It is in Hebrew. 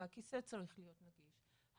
הכיסא צריך להיות נגיש,